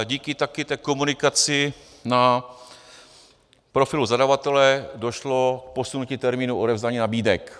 Díky taky té komunikaci na profilu zadavatele došlo k posunutí termínu odevzdání nabídek.